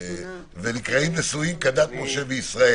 ונקראים נשואים כדת משה וישראל.